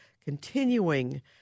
continuing